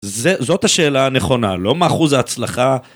זאת השאלה הנכונה, לא מה אחוז ההצלחה.